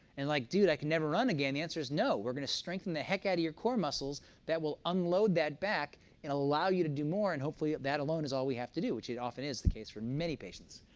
and like, dude, i can never run again, the answer is no. we're going to strengthen the heck out of your core muscles that will unload that back and allow you to do more, and hopefully, that alone is all we have to do, which it often is the case for many patients